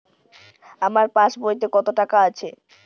আমার পাসবইতে কত টাকা আছে?